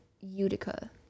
utica